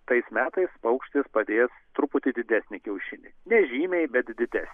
tais metais paukštis padės truputį didesnį kiaušinį nežymiai bet didesnį